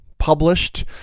Published